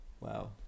Wow